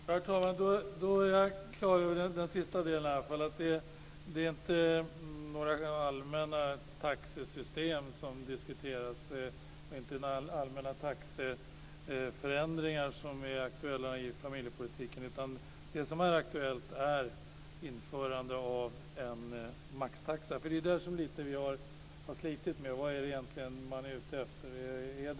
Herr talman! Då är jag klar över den sista delen i alla fall. Det är inte några allmänna taxesystem som diskuteras och inte några allmänna taxeförändringar som är aktuella inom familjepolitiken. Det som är aktuellt är införande av en maxtaxa. Det är det här som vi har slitit lite med. Vad är det egentligen man är ute efter?